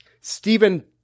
Stephen